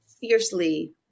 fiercely